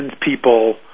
people